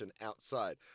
outside